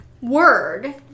word